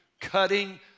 cutting